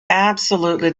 absolutely